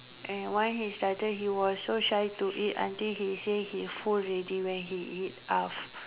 and once he started he was so shy to eat until he say he full already when he eat half